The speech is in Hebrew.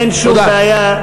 אין שום בעיה.